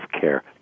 care